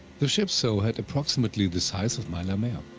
the ships so had approximately the size of my la mer.